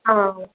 ആ